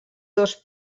dos